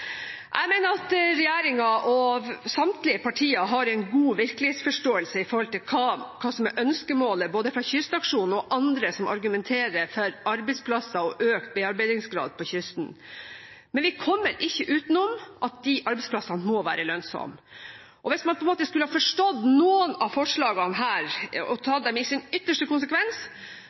Jeg mener at regjeringen og samtlige partier har en god virkelighetsforståelse av hva som er ønskemålet både fra Kystaksjonen og andre som argumenterer for arbeidsplasser og økt bearbeidingsgrad på kysten. Men vi kommer ikke utenom at de arbeidsplassene må være lønnsomme, og hvis man skulle forstå noen av forslagene her i sin ytterste konsekvens,